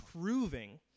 proving